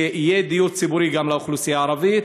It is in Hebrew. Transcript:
שיהיה דיור ציבורי גם לאוכלוסייה הערבית,